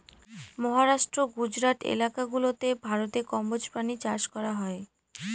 মহারাষ্ট্র, গুজরাট এলাকা গুলাতে ভারতে কম্বোজ প্রাণী চাষ করা হয়